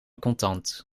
contant